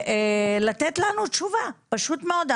לתת לנו תשובה, פשוט מאוד.